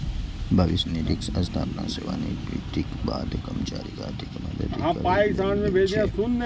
भविष्य निधिक स्थापना सेवानिवृत्तिक बाद कर्मचारीक आर्थिक मदति करै लेल गेल छै